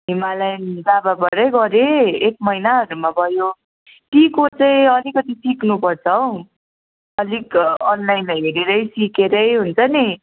Himalayan दाबाबाटै गरेँ एक महिनाहरूमा भयो टीको चाहिँ अलिकति सिक्नुपर्छ हौ अलिक अनलाइन हेरेरै सिकेरै हुन्छ नि